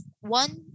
one